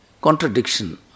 contradiction